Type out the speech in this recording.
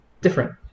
different